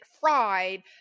fried